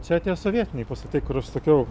čia tie sovietiniai pastatai kur aš sakiau